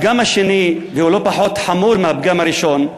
הפגם השני, והוא לא פחות חמור מהפגם הראשון,